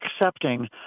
accepting